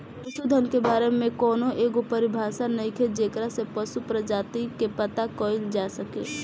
पशुधन के बारे में कौनो एगो परिभाषा नइखे जेकरा से पशु प्रजाति के पता कईल जा सके